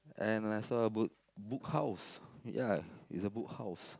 and I saw a book Book House ya it's a Book House